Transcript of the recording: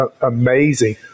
amazing